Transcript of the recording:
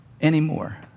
anymore